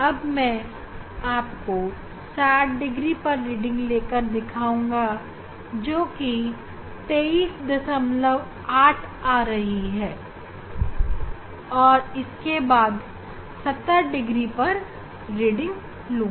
अब मैं आपको 60 डिग्री पर रीडिंग लेकर दिखाऊंगा जो कि 238 आ रही है और मैं उसके बाद 70 डिग्री पर रीडिंग लूँगा